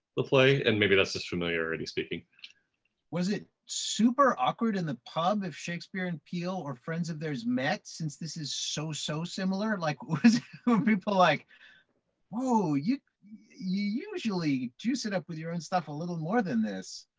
the play, and maybe that's just familiarity speaking. ian was it super awkward in the pub if shakespeare and peele or friends of theirs met, since this is so so similar. like people like oh you usually juice it up with your own stuff a little more than this?